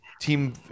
team